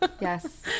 Yes